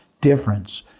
difference